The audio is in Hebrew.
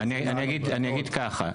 אני אגיד ככה,